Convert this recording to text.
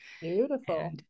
Beautiful